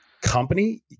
company